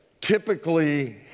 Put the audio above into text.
typically